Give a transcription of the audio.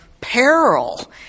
peril